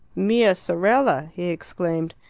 mia sorella! he exclaimed.